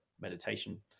meditation